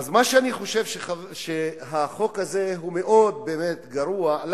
אני חושב שהחוק הזה באמת מאוד גרוע.